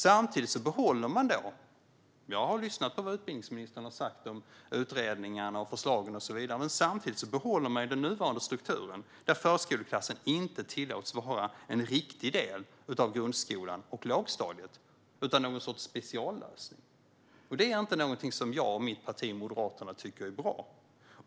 Jag har lyssnat på vad utbildningsministern har sagt om utredningar och förslag, men samtidigt behåller man ju den nuvarande strukturen där förskoleklassen inte tillåts att vara en riktig del av lågstadiet i grundskolan. I stället är det någon sorts speciallösning. Det är inte någonting som jag och mitt parti, Moderaterna, tycker är bra.